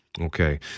Okay